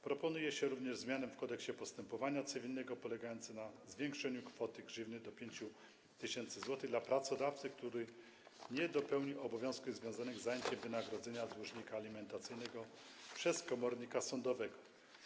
Proponuje się również zmianę w Kodeksie postępowania cywilnego polegającą na zwiększeniu kwoty grzywny do 5 tys. zł dla pracodawcy, który nie dopełnił obowiązków związanych z zajęciem wynagrodzenia dłużnika alimentacyjnego przez komornika sądowego.